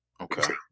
Okay